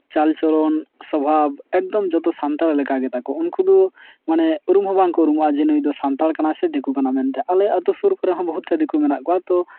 ᱪᱟᱞ ᱪᱚᱞᱚᱱ ᱥᱚᱵᱷᱟᱵ ᱮᱠᱫᱚᱢ ᱡᱚᱛᱚ ᱥᱟᱱᱛᱟᱲᱟᱜ ᱞᱮᱠᱛᱟ ᱜᱮᱛᱟ ᱠᱚ ᱩᱱᱠᱩ ᱫᱚ ᱢᱟᱱᱮ ᱩᱨᱩᱢ ᱦᱚᱸ ᱵᱟᱝᱠᱚ ᱩᱨᱩᱢᱚᱜᱼᱟ ᱡᱮ ᱱᱩᱭ ᱫᱚ ᱥᱟᱱᱛᱟᱲ ᱠᱟᱱᱟᱭ ᱥᱮ ᱫᱤᱠᱩ ᱠᱟᱱᱟᱭ ᱢᱮᱱᱛᱮ ᱟᱞᱮ ᱟᱹᱛᱩ ᱥᱩᱨ ᱠᱚᱨᱮ ᱦᱚᱸ ᱵᱚᱦᱩᱛ ᱴᱟ ᱫᱤᱠᱩ ᱢᱮᱱᱟᱜ ᱠᱚᱣᱟ ᱛᱚ